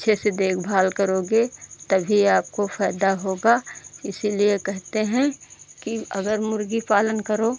अच्छे से देखभाल करोगे तभी आपको फ़ायदा होगा इसीलिए कहते हैं कि अगर मुर्गी पालन करो